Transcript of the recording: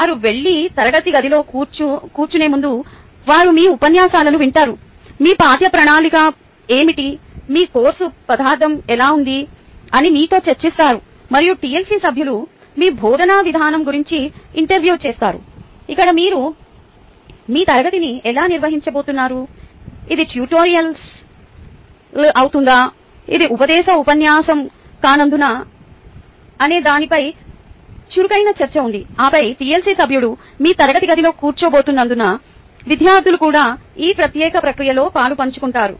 వారు వెళ్లి తరగతి గదిలో కూర్చునే ముందు వారు మీ ఉపన్యాసాలను వింటారు మీ పాఠ్య ప్రణాళిక ఏమిటి మీ కోర్సు పదార్థం ఎలా ఉంది అని మీతో చర్చిస్తారు మరియు TLC సభ్యులు మీ బోధన విధానం గురించి ఇంటర్వ్యూ చేస్తారు ఇక్కడ మీరు మీ తరగతిని ఎలా నిర్వహించబోతున్నారు ఇది ట్యుటోరియల్ స్టైల్ అవుతుందా ఇది ఉపదేశ ఉపన్యాసం కానుందా అనే దానిపై చురుకైన చర్చ ఉంది ఆపై TLC సభ్యుడు మీ తరగతి గదిలో కూర్చోబోతున్నందున విద్యార్థులు కూడా ఈ ప్రత్యేక ప్రక్రియలో పాలుపంచుకుంటారు